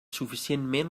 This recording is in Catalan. suficientment